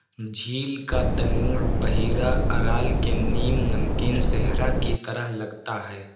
جھیل کا تنوع بحیرہ ارال کے نیم نمکین صحرا کی طرح لگتا ہے